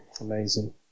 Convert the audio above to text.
amazing